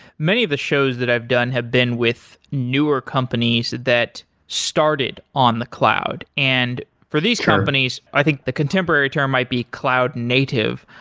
many of the shoes that i've done have been with newer companies that started on the cloud, and for these companies i think the contemporary term might be cloud native,